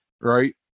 right